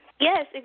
Yes